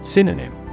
Synonym